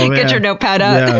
and get your notepad out. oh,